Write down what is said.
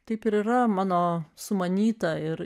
taip ir yra mano sumanyta ir